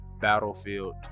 battlefield